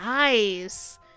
nice